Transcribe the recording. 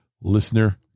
listener